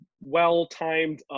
well-timed